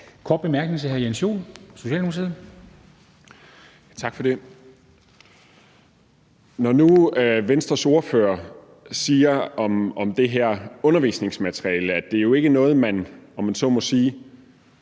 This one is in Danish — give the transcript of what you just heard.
kort bemærkning til hr. Jens Joel. Kl. 10:59 Jens Joel (S): Tak for det. Når nu Venstres ordfører siger om det her undervisningsmateriale, at det jo ikke nødvendigvis er noget, man, om jeg så må sige,